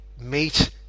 meet